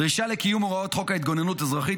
דרישה לקיום הוראות חוק ההתגוננות האזרחית